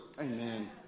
Amen